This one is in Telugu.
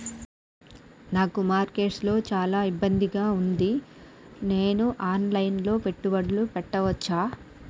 నాకు మార్కెట్స్ లో చాలా ఇబ్బందిగా ఉంది, నేను ఆన్ లైన్ లో పెట్టుబడులు పెట్టవచ్చా?